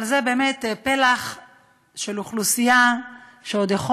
אבל זה באמת פלח של אוכלוסייה שעוד יכול